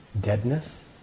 deadness